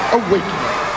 awakening